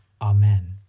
amen